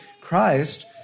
Christ